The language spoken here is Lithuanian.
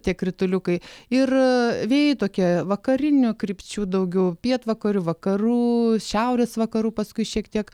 tie krituliukai ir vėjai tokie vakarinių krypčių daugiau pietvakarių vakarų šiaurės vakarų paskui šiek tiek